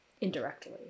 Indirectly